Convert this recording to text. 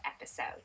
episode